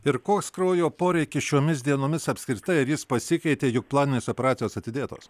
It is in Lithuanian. ir koks kraujo poreikis šiomis dienomis apskritai ar jis pasikeitė juk planinės operacijos atidėtos